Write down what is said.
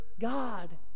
god